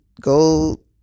go